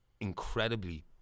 incredibly